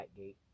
Blackgate